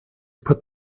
put